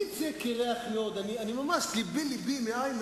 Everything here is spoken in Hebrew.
אני אשתמש במונח עדין,